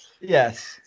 Yes